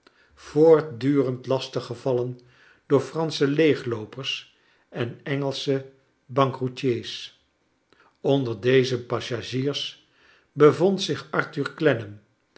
voortdurend lastig gevallen door fransche leegloopers en engelsche bankroetiers onder deze passagiers bevond zich